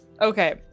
Okay